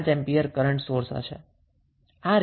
5 ampere current source હશે